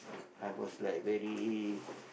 I was like very